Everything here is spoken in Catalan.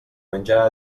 menjar